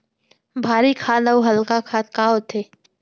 भारी खाद अऊ हल्का खाद का होथे?